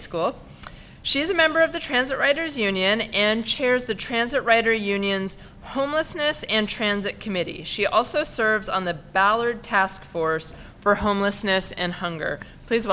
school she is a member of the transit writers union and chairs the transit rider union's homelessness and transit committee she also serves on the ballard task force for homelessness and hunger please